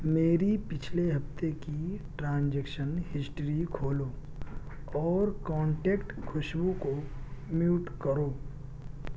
میری پچھلے ہفتے کی ٹرانجیکشن ہسٹری کھولو اور کانٹیکٹ خوشبو کو میوٹ کرو